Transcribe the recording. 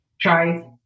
try